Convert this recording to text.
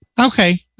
Okay